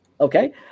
Okay